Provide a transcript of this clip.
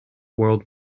world